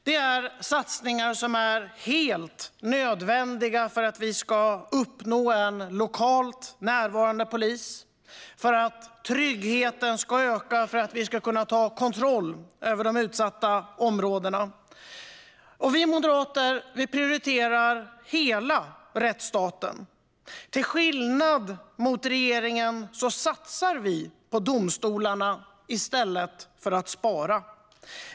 Det är satsningar som är helt nödvändiga för att vi ska uppnå en lokalt närvarande polis, för att tryggheten ska öka och för att vi ska kunna ta kontroll över de utsatta områdena. Vi moderater prioriterar hela rättsstaten. Till skillnad från regeringen satsar vi på domstolarna i stället för att spara.